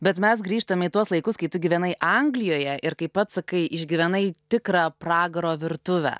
bet mes grįžtame į tuos laikus kai tu gyvenai anglijoje ir kaip pats sakai išgyvenai tikrą pragaro virtuvę